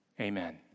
amen